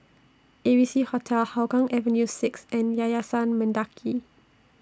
A B C Hostel Hougang Avenue six and Yayasan Mendaki